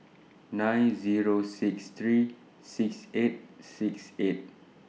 nine Zero six three six eight six eight